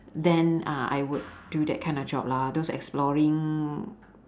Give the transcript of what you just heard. then uh I would do that kind of job lah those exploring